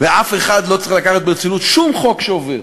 ואף אחד לא צריך לקחת ברצינות שום חוק שעובר.